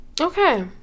Okay